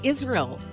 Israel